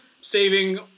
saving